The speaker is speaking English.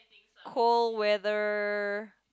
cold weather